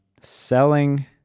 selling